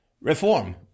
Reform